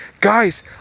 guys